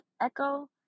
echo